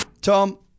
Tom